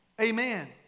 Amen